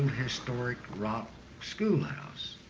historic rock schoolhouse.